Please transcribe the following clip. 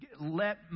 let